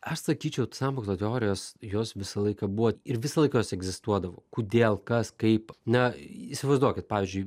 aš sakyčiau sąmokslo teorijos jos visą laiką buvo ir visą laiką jos egzistuodavo kodėl kas kaip na įsivaizduokit pavyzdžiui